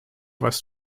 was